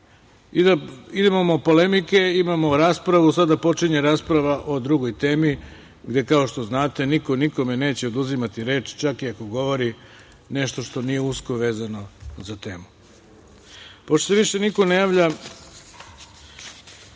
Imamo polemike, imamo raspravu, sada počinje rasprava o drugoj temi gde, kao što znate, niko nikome neće oduzimati reč, čak i ako govori nešto što nije usko vezano za temu. Pošto se više niko ne javlja